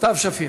לסתיו שפיר.